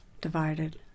divided